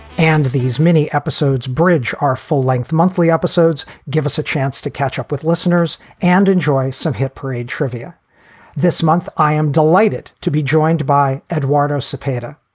and these mini episodes, bridge are full length monthly episodes. give us a chance to catch up with listeners and enjoy some hit parade trivia this month. i am delighted to be joined by eduardo cepeda,